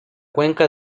cuenca